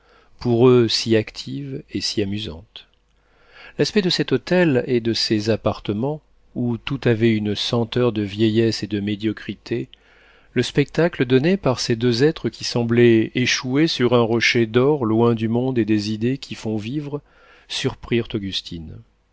pour eux si active et si amusante l'aspect de cet hôtel et de ces appartements où tout avait une senteur de vieillesse et de médiocrité le spectacle donné par ces deux êtres qui semblaient échoués sur un rocher d'or loin du monde et des idées qui font vivre surprirent augustine